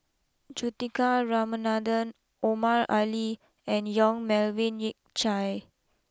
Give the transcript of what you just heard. Juthika Ramanathan Omar Ali and Yong Melvin Yik Chye